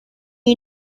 you